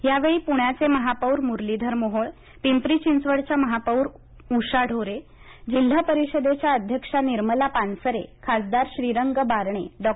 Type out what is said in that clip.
यावेळी पुण्याचे महापौर मुरलीधर मोहोळ पिंपरी चिंचवडच्या महापौर उषा उर्फ माई ढोरे जिल्हा परिषदेच्या अध्यक्षा निर्मला पानसरे खासदार श्रीरंग बारणे डॉ